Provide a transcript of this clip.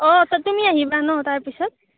ত' তুমি আহিবা ন তাৰ পিছত